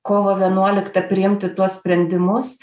kovo vienuoliktą priimti tuos sprendimus